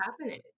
happening